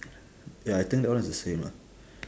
ya I think that one is the same lah